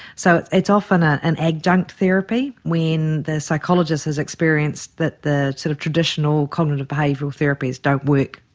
so it's often ah an adjunct therapy when the psychologist has experienced that the sort of traditional cognitive behavioural therapies don't work.